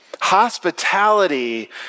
Hospitality